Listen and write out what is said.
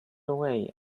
away